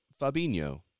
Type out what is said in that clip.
Fabinho